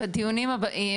בדיונים הבאים,